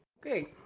okay.